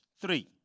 three